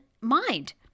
mind